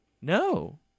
No